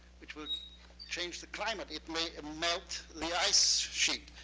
which will change the climate. it may melt the ice sheet.